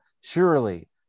surely